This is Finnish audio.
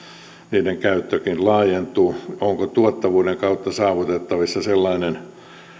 niiden käyttökin laajentuu onko tuottavuuden kautta saavutettavissa sellainen